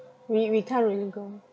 we we can't really go